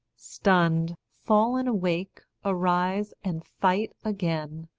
stunned, fallen-awake, arise, and fight again.